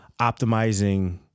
optimizing